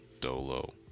Dolo